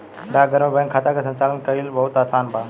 डाकघर में बैंक खाता के संचालन कईल बहुत आसान बा